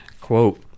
Quote